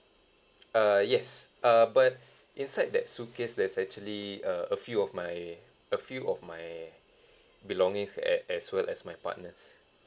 err yes uh but inside that suitcase there's actually uh a few of my a few of my belongings at as well as my partner's